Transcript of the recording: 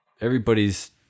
everybody's